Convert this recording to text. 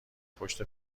پشت